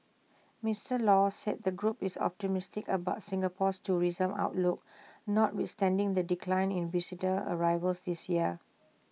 Mister law said the group is optimistic about Singapore's tourism outlook notwithstanding the decline in visitor arrivals this year